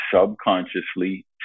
subconsciously